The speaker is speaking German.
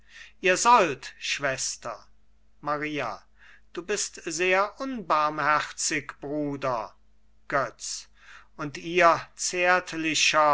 ihr sollt schwester maria du bist sehr unbarmherzig bruder götz und ihr zärtlicher